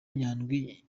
nyandwi